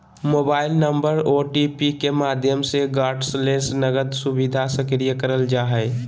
mobile number OTP के माध्यम से कार्डलेस नकद सुविधा सक्रिय करल जा हय